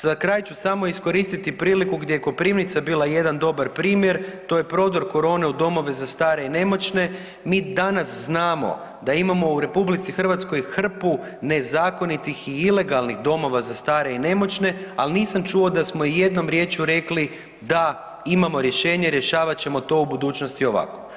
Za kraj ću samo iskoristiti priliku gdje je Koprivnica bila jedan dobar primjer, to je prodor korone u domove za starije i nemoćne, mi danas znamo da imamo u RH hrpu nezakonitih i ilegalnih domova za stare i nemoćne, ali nismo čuli da smo ijednom riječju rekli da imamo rješenje, rješavat ćemo to u budućnosti ovako.